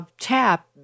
tap